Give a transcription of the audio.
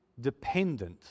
dependent